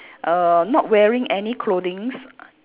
err not wearing any clothings